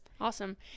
Awesome